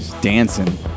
Dancing